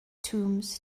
tombs